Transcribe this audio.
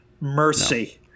Mercy